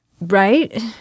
Right